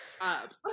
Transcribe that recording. up